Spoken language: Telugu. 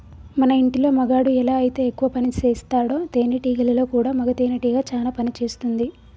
మన ఇంటిలో మగాడు ఎలా అయితే ఎక్కువ పనిసేస్తాడో తేనేటీగలలో కూడా మగ తేనెటీగ చానా పని చేస్తుంది